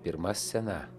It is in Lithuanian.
pirma scena